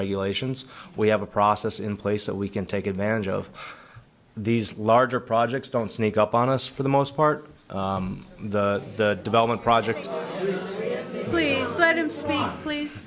regulations we have a process in place that we can take advantage of these larger projects don't sneak up on us for the most part the development projects